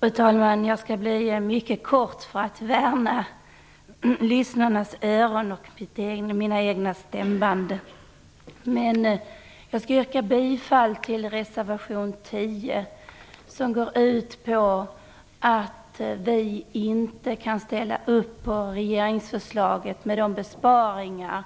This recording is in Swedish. Fru talman! Jag skall fatta mig mycket kort för att värna lyssnarnas öron och mina egna stämband. Vår reservation 10 går ut på att vi inte kan ställa upp på regeringsförslaget med de besparingar